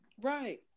Right